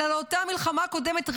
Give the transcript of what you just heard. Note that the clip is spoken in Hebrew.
אלא לאותה מלחמה קודמת,